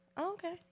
okay